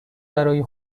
برای